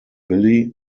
billy